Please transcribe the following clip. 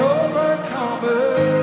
overcomer